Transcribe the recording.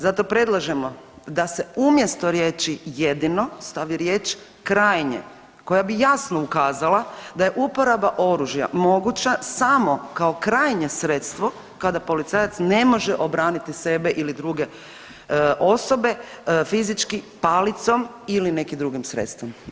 Zato predlažemo da se umjesto riječi „jedino“ stavi riječ „krajnje“ koja bi jasno ukazala da je uporaba oružja moguća samo kao krajnje sredstvo kada policajac ne može obraniti sebe ili druge osobe fizički palicom ili nekim drugim sredstvom.